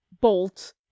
bolt